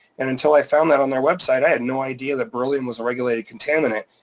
and until i found that on their website, i had no idea that beryllium was a regulated contaminant,